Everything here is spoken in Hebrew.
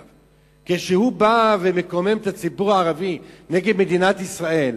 כשהוא בא ומקומם את הציבור הערבי נגד מדינת ישראל,